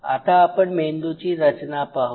आता आपण मेंदूची रचना पाहू